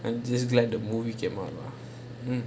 I'm just glad the movie came out lah